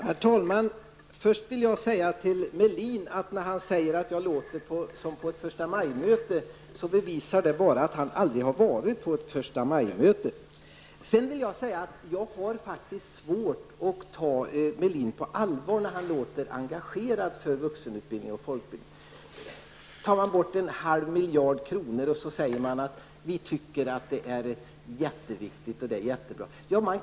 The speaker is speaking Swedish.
Herr talman! Först vill jag säga till Melin att när han säger att jag låter som på ett förstamajmöte visar det bara att han aldrig har varit på ett förstamajmöte. Sedan vill jag säga att jag faktiskt har svårt att ta Melin på allvar när han låter engagerad för vuxenutbildningen och folkbildningen. Man tar bort en halv miljard och så säger man: Vi tycker att det här är jättebra och jätteviktigt.